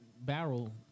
barrel